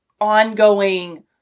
ongoing